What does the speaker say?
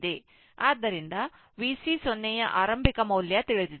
ಆದ್ದರಿಂದ Vc 0 ಯ ಆರಂಭಿಕ ಮೌಲ್ಯ ತಿಳಿದಿದೆ